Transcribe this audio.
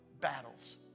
battles